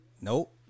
Nope